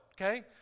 Okay